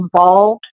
involved